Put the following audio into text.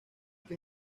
que